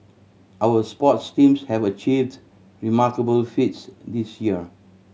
our sports teams have achieved remarkable feats this year